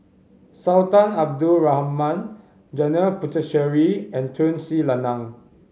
Sultan Abdul Rahman Janil Puthucheary and Tun Sri Lanang